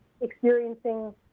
experiencing